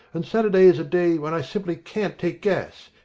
and saturday is a day when i simply can't take gas.